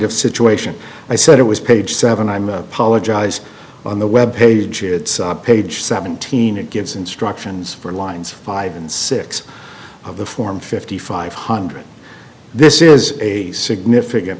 of situation i said it was page seven i'm a policy on the web page it's page seventeen it gives instructions for lines five and six of the form fifty five hundred this is a significant